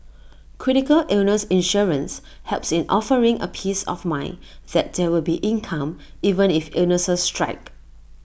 critical illness insurance helps in offering A peace of mind that there will be income even if illnesses strike